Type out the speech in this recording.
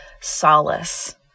solace